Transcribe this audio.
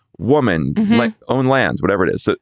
woman my own lands, whatever it is.